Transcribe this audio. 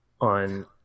on